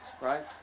right